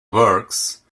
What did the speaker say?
works